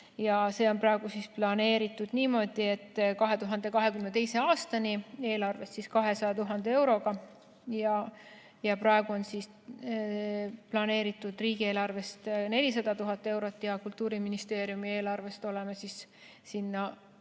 See on praegu planeeritud niimoodi, et 2022. aastani on eelarvest 200 000 eurot. Ja praegu on planeeritud riigieelarvest 400 000 eurot ja Kultuuriministeeriumi eelarvest oleme sinna